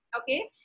okay